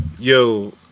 Yo